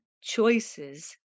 choices